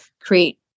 create